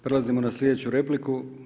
Prelazimo na sljedeću repliku.